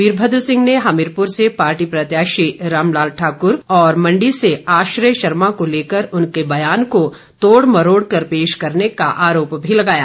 वीरभद्र सिंह ने हमीरपुर से पार्टी प्रतयाशी राम लाल ठाकुर और मंडी से आश्रय शर्मा को लेकर उनके बयानों को तोड़ मरोड़कर पेश करने का आरोप भी लगाया